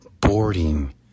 boarding